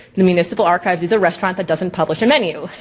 the municipal archives is a restaurant that doesn't publish a menu.